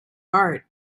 art